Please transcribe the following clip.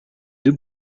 deux